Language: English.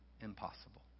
impossible